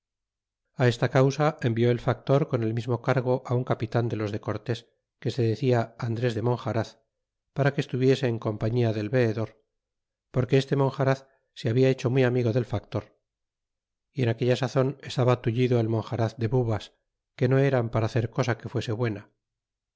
y esta causa envió el factor con el mismo cargo un capitan de los de cortés que se decia andres de monjaraz para que estuviese en compañia del veedor porque este monjaraz se habia hecho muy amigo del factor y en aquella sazon estaba tullido el monjaraz de bubas que no era para hacer cosa que buena